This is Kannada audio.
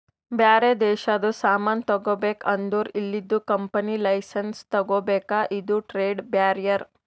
ಬ್ಯಾರೆ ದೇಶದು ಸಾಮಾನ್ ತಗೋಬೇಕ್ ಅಂದುರ್ ಇಲ್ಲಿದು ಕಂಪನಿ ಲೈಸೆನ್ಸ್ ತಗೋಬೇಕ ಇದು ಟ್ರೇಡ್ ಬ್ಯಾರಿಯರ್